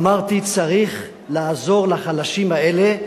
אמרתי: צריך לעזור לחלשים האלה,